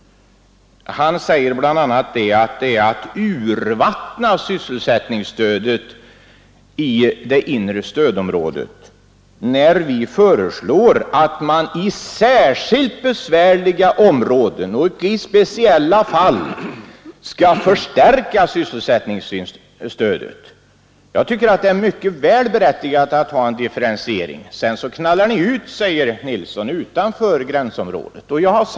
Han säger bl.a. att det är att urvattna sysselsättningsstödet i det inre stödområdet när vi föreslår att man i särskilt besvärliga områden och i speciella fall skall förstärka sysselsättningsstödet. Jag tycker att det är mycket berättigat att ha en differentiering. ”Sedan knallar ni ut utanför gränsområdet”, säger herr Nilsson.